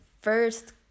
first